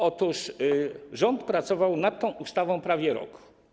Otóż rząd pracował nad tą ustawą prawie rok.